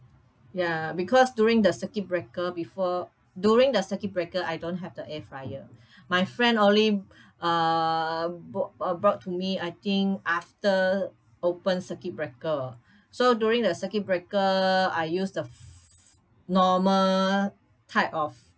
ya because during the circuit breaker before during the circuit breaker I don't have the air fryer my friend only uh bo~ uh brought to me I think after open circuit breaker so during the circuit breaker I use the f~ normal type of